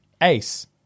ace